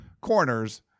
corners